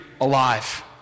alive